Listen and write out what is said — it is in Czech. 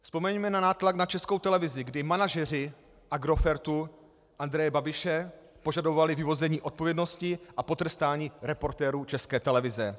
Vzpomeňme na nátlak na Českou televizi, kdy manažeři Agrofertu Andreje Babiše požadovali vyvození odpovědnosti a potrestaní reportérů České televize.